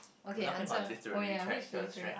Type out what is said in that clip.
we're talking about literary characters right